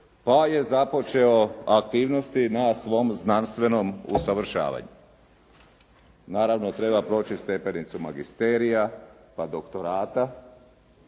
pa je započeo aktivnosti na svom znanstvenom usavršavanju. Naravno treba proći stepenicu magisterija, pa doktorata,